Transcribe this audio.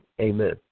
Amen